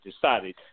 decided –